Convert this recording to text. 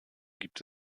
gibt